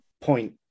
point